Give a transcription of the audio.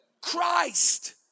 Christ